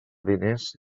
diners